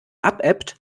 abebbt